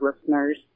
listeners